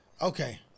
Okay